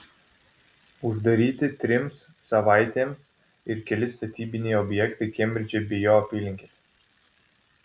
uždaryti trims savaitėms ir keli statybiniai objektai kembridže bei jo apylinkėse